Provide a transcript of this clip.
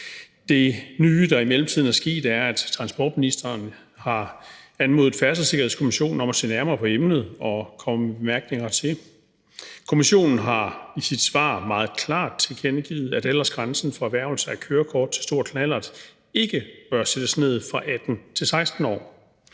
Det nye, der i mellemtiden er sket, er, at transportministeren har anmodet Færdselssikkerhedskommissionen om at se nærmere på emnet og komme med bemærkninger hertil. Kommissionen har i sit svar meget klart tilkendegivet, at aldersgrænsen for erhvervelse af kørekort til stor knallert ikke bør sættes ned fra 18 til 16 år.